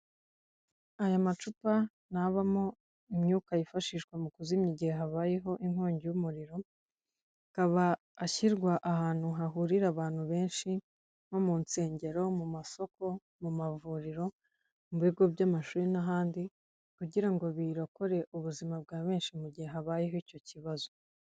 Aya macupa ni abamo imyuka yifashishwa mu kuzimya igihe habayeho inkongi y'umuriro, akaba ashyirwa abantu hahurira abantu benshi, nko mu nsengero, mu masoko, mu amavururo, mu bigo by'amashuri n'ahandi, kugira ngo birokore ubuzima bwa benshi mu gihe habayeho icyo kibazo.